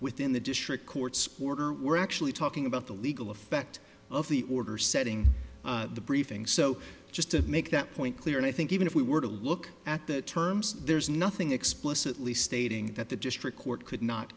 within the district court's sporter we're actually talking about the legal effect of the order setting the briefing so just to make that point clear and i think even if we were to look at the terms there's nothing explicitly stating that the district court could not